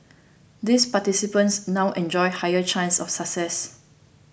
these participants now enjoy higher chances of success